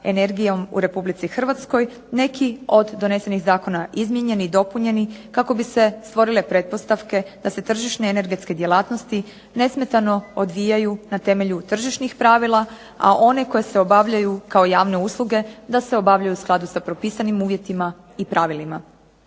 energijom u RH neki od donesenih zakona izmijenjeni i dopunjeni kako bi se stvorile pretpostavke da se tržišne energetske djelatnosti nesmetano odvijaju na temelju tržišnih pravila, a one koje se obavljaju kao javne usluge da se obavljaju u skladu sa propisanim uvjetima i pravilima.